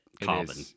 carbon